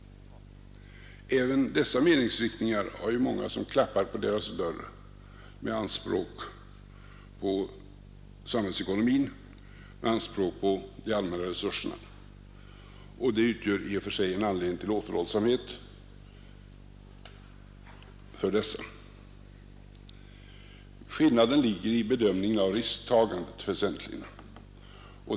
Även dessa meningsriktningar har ju många som klappar på deras dörr med anspråk på samhällsekonomin, med anspråk på de allmänna resurserna, och det utgör i och för sig en anledning till återhållsamhet för dessa. Skillnaden ligger väsentligen i bedömandet av risktagandet.